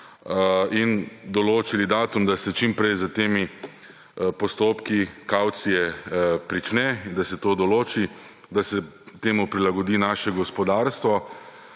in določili datum, da se čim prej s temi postopki kavcije prične, da se to določi, da se temu prilagodi naše gospodarstvo